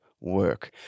work